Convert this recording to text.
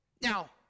Now